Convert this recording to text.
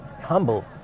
humble